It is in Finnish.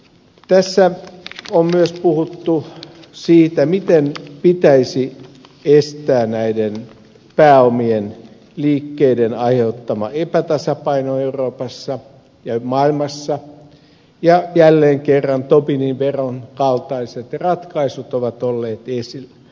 tässä on myös puhuttu siitä miten pitäisi estää pääomien liikkeiden aiheuttama epätasapaino euroopassa ja maailmassa ja jälleen kerran tobinin veron kaltaiset ratkaisut ovat olleet esillä